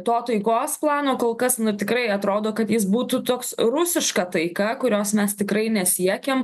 to taikos plano kol kas nu tikrai atrodo kad jis būtų toks rusiška taika kurios mes tikrai nesiekiam